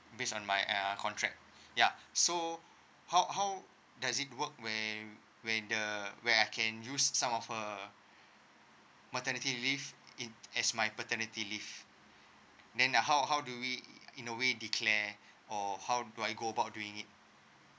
based on my uh contract ya so how how does it work where where the where I can use some of her maternity leave in as my paternity leave then uh how how do we in a way declare or how do I go about doing it